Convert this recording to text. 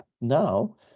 now